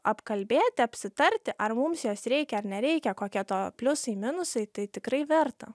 apkalbėti apsitarti ar mums jos reikia ar nereikia kokie to pliusai minusai tai tikrai verta